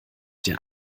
dir